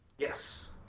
Yes